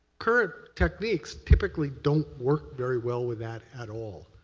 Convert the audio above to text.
current techniques typically don't work very well with that at all.